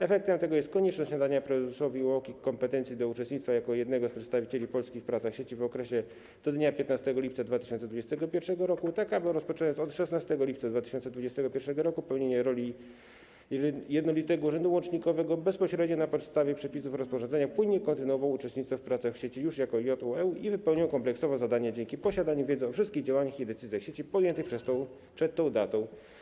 Efektem tego jest konieczność nadania prezesowi UOKiK kompetencji do uczestnictwa jako jednego z przedstawicieli w polskich pracach sieci w okresie do dnia 15 lipca 2021 r., tak aby rozpoczynając od 16 lipca 2021 r. pełnienie roli jednolitego urzędu łącznikowego, bezpośrednio na podstawie przepisów na rozporządzenia, w pełni kontynuował uczestnictwo w pracach sieci już jako JUŁ i wypełniał kompleksowo zadania dzięki posiadaniu wiedzy o wszystkich działaniach i decyzjach sieci podjętych przed tą datą.